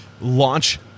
launch